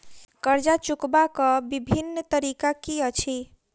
कर्जा चुकबाक बिभिन्न तरीका की अछि?